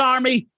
Army